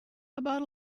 about